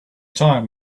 time